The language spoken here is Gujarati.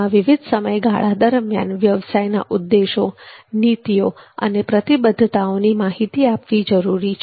તેમાં વિવિધ સમયગાળા દરમિયાન વ્યવસાયના ઉદ્દેશો નીતિઓ અને પ્રતિબદ્ધતાઓની માહિતી આપવી જોઈએ